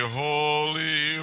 holy